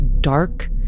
dark